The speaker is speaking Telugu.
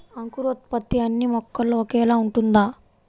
అంకురోత్పత్తి అన్నీ మొక్కల్లో ఒకేలా ఉంటుందా?